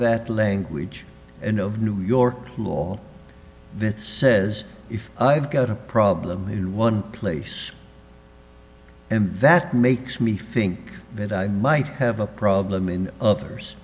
that language and of new york law that says if i've got a problem in one place and that makes me think that i might have a problem in others